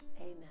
Amen